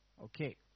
Okay